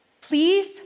please